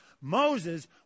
Moses